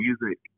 music